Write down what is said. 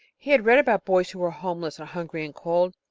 he had read about boys who were homeless and hungry and cold,